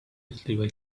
easily